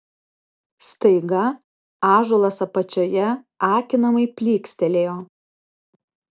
staiga ąžuolas apačioje akinamai plykstelėjo